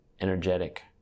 energetic